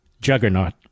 juggernaut